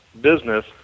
business